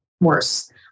worse